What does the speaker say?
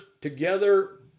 together